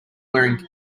wearing